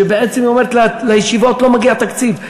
שבעצם אומרת: לישיבות לא מגיע תקציב,